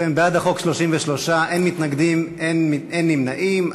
בעד החוק, 33, אין מתנגדים ואין נמנעים.